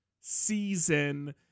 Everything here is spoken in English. season